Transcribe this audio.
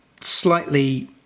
slightly